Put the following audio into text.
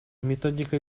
методика